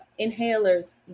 inhalers